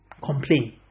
Complain